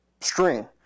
string